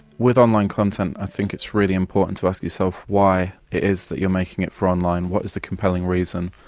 with online content i think it's really important to ask yourself why it is that you're making it for online, what is the compelling reason.